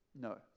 no